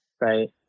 Right